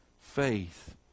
faith